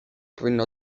powinno